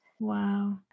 Wow